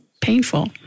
painful